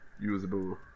usable